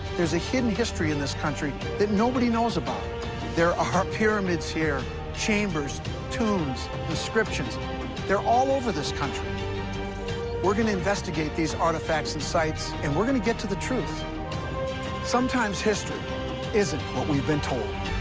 there's a hidden history in this country that nobody knows about there are pyramids here chambers tombs inscriptions they're all over this country we're going to investigate these artifacts and sites and we're going to get to the truth sometimes history isn't what we've been told